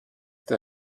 der